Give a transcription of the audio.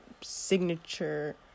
signature